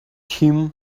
him